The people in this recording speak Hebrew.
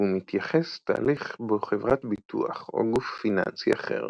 והוא מתייחס תהליך בו חברת ביטוח או גוף פיננסי אחר